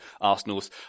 Arsenal's